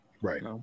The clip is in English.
right